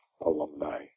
alumni